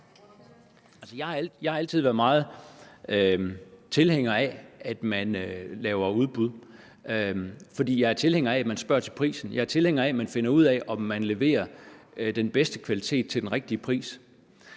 Jeg har altid været stor tilhænger af, at man laver udbud. For jeg er tilhænger af, at man spørger til prisen, jeg er tilhænger af, at man finder ud af, om man leverer den bedste kvalitet til den rigtige pris.